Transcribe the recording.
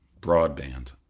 broadband